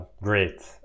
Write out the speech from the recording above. Great